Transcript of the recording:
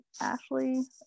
Ashley